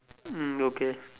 mm okay